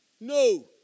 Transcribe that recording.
No